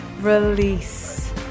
Release